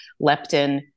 leptin